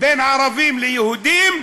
בין ערבים ליהודים,